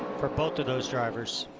for both of those drivers.